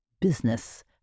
business